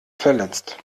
verletzt